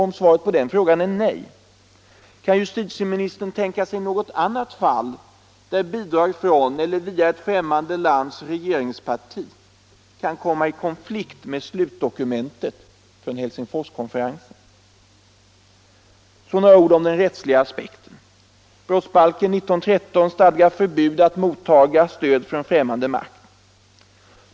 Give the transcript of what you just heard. Om svaret på den frågan är nej, kan justitieministern tänka sig något annat fall där bidrag från eller via ett främmande lands regeringsparti kan komma i konflikt med slutdokumentet från Helsingforskonferensen? Så några ord om den rättsliga aspekten. Brottsbalken 19:13 stadgar förbud att mottaga stöd från främmande makt.